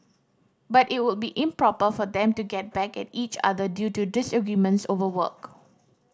but it would be improper for them to get back at each other due to disagreements over work